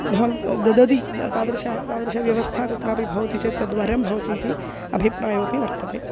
भवन् ददाति तादृशः तादृशव्यवस्था कुत्रापि भवति चेत् तद्वरं भवति इति अभिप्रायोऽपि वर्तते